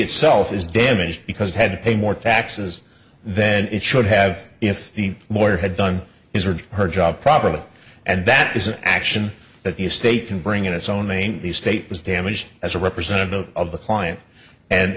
itself is damaged because it had to pay more taxes then it should have if the mortar had done his or her job properly and that is an action that the state can bring in its own mean the state was damaged as a representative of the client and